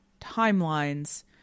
timelines